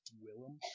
Willem